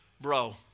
bro